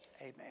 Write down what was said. amen